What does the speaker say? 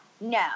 no